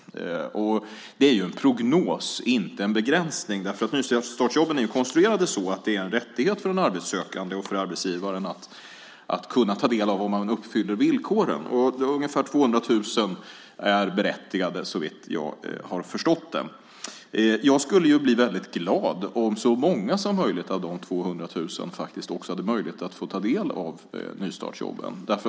Det är en prognos, inte en begränsning. Nystartsjobben är konstruerade så att det är en rättighet för den arbetssökande och för arbetsgivaren att kunna ta del av det om man uppfyller villkoren. Ungefär 200 000 är berättigade såvitt jag har förstått det. Jag skulle bli väldigt glad om så många som möjligt av dessa 200 000 faktiskt hade möjlighet att ta del av nystartsjobben.